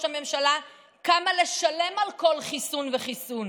הממשלה כמה לשלם על כל חיסון וחיסון?